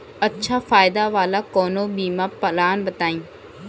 अच्छा फायदा वाला कवनो बीमा पलान बताईं?